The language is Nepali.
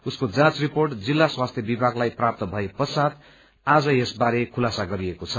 उसको जाँच रिपोर्ट जिल्ला स्वास्थ्य विभागलाई प्राप्त भए पश्चात आज यस बारे खुलासा गरिएको छ